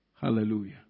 Hallelujah